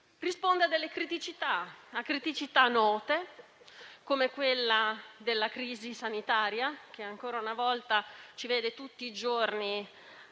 Risponde a delle criticità note, come quella della crisi sanitaria che ancora una volta ci vede tutti i giorni